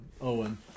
Owen